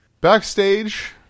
Backstage